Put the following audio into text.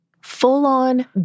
Full-on